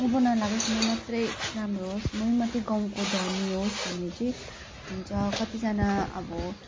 उँभो नलागोस् म मात्रै राम्रो होस् मै मात्रै गाउँको धनी होस् भन्ने चाहिँ हुन्छ कतिजना अब अब